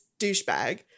douchebag